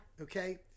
Okay